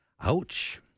ouch